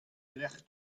lecʼh